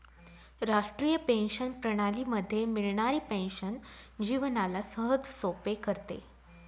राष्ट्रीय पेंशन प्रणाली मध्ये मिळणारी पेन्शन जीवनाला सहजसोपे करते